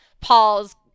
Paul's